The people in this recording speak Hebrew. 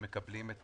שמקבלים את